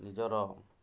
ନିଜର